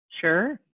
Sure